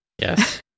Yes